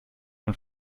und